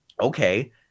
okay